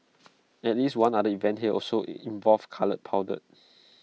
at least one other event here also involved coloured powder